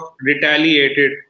retaliated